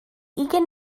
ugain